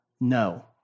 no